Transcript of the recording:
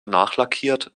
nachlackiert